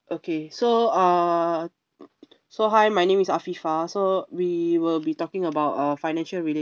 okay so uh so hi my name is afifah so we will be talking about uh financial related